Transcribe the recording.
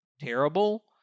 terrible